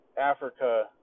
Africa